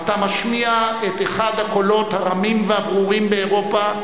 אתה משמיע את אחד הקולות הרמים והברורים באירופה,